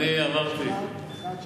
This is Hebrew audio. נניח שהם לא חסכו,